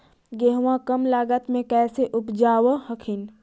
गेहुमा कम लागत मे कैसे उपजाब हखिन?